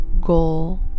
goal